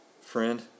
Friend